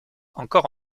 encore